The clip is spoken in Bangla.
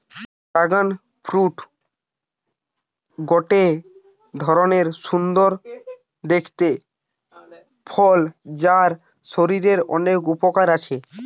ড্রাগন ফ্রুট গটে ধরণের সুন্দর দেখতে ফল যার শরীরের অনেক উপকার আছে